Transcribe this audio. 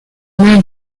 mains